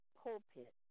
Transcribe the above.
pulpit